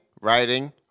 writing